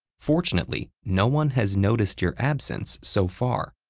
fortunately, no one has noticed your absence so far.